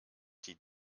die